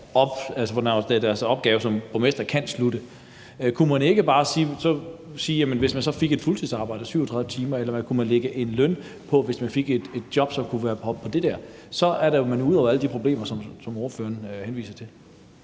deres opgave som borgmester kan slutte. Kunne man ikke bare sige, at hvis man så fik et fuldtidsarbejde på 37 timer, kunne man lægge en løn på, så man kunne komme op på det der. Så er man jo ude over alle de problemer, som ordføreren henviser til.